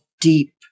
deep